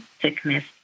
sickness